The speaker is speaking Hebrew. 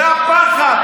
זה הפחד,